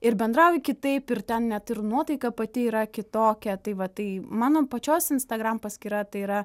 ir bendrauji kitaip ir ten net ir nuotaika pati yra kitokia tai va tai mano pačios instagram paskyra tai yra